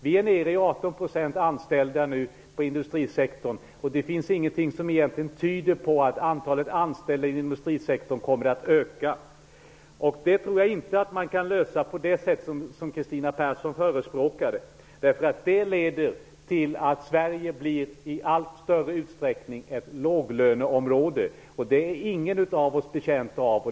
Vi är nere i 18 % anställda i industrisektorn, och ingenting tyder egentligen på att antalet anställda där kommer att öka. Det problemet tror jag inte att man kan lösa på det sätt som Kristina Persson förespråkade. Det skulle leda till att Sverige i allt större utsträckning blir ett låglöneområde, och det är ingen av oss betjänt av.